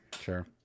Sure